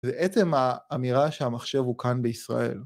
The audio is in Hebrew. בעצם האמירה שהמחשב הוא כאן בישראל.